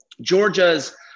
Georgia's